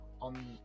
on